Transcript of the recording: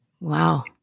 Wow